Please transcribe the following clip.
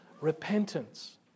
repentance